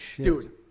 dude